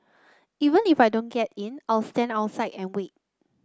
even if I don't get in I'll stand outside and wait